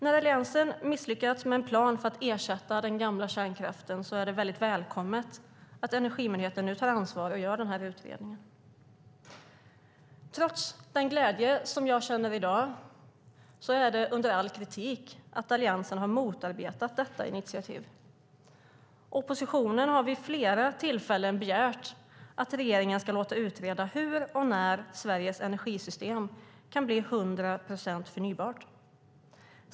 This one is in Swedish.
När Alliansen misslyckats med en plan för att ersätta den gamla kärnkraften är det väldigt välkommet att Energimyndigheten nu tar ansvar och gör denna utredning. Trots den glädje jag känner i dag är det under all kritik att Alliansen har motarbetat detta initiativ. Oppositionen har vid flera tillfällen begärt att regeringen ska låta utreda hur och när Sveriges energisystem kan bli 100 procent förnybart.